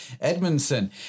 Edmondson